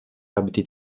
abiti